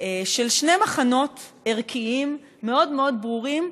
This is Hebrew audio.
של שני מחנות ערכיים מאוד מאוד ברורים,